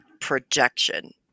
projection